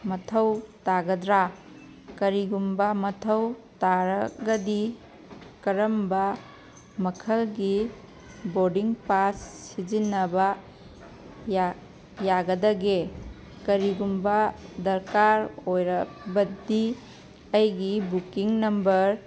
ꯃꯊꯧ ꯇꯥꯒꯗ꯭ꯔ ꯀꯔꯤꯒꯨꯝꯕ ꯃꯊꯧ ꯇꯔꯥꯒꯗꯤ ꯀꯔꯝꯕ ꯃꯈꯜꯒꯤ ꯕꯣꯔꯗꯤꯡ ꯄꯥꯁ ꯁꯤꯖꯤꯟꯅꯕ ꯌꯥꯒꯗꯒꯦ ꯀꯔꯤꯒꯨꯝꯕ ꯗꯔꯀꯥꯔ ꯑꯣꯏꯔꯕꯗꯤ ꯑꯩꯒꯤ ꯕꯨꯛꯀꯤꯡ ꯅꯝꯕꯔ